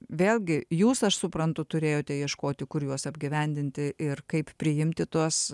vėlgi jūs aš suprantu turėjote ieškoti kur juos apgyvendinti ir kaip priimti tuos